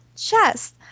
chest